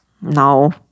No